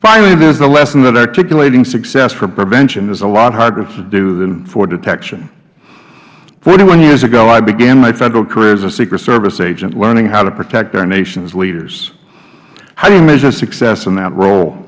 finally there is the lesson that articulating success for prevention is a lot harder to do than for detection fortyonehyears ago i began my federal career as a secret service agent learning how to protect our nation's leaders how do you measure success in that role